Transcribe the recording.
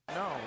no